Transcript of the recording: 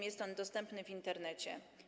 Jest on dostępny w Internecie.